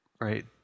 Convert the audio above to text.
right